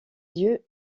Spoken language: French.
lieux